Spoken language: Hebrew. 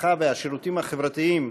והשירותים החברתיים,